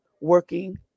working